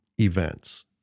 events